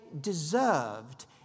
deserved